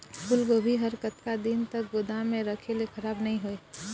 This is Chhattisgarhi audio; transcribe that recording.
फूलगोभी हर कतका दिन तक गोदाम म रखे ले खराब नई होय?